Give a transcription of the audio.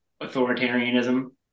authoritarianism